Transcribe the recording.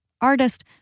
artist